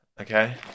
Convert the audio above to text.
Okay